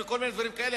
וכל מיני דברים כאלה,